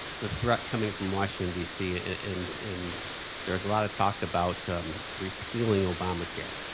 the threat coming from washington d c. and and there's a lot of talk about repealing obamacare.